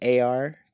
AR